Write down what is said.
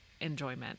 enjoyment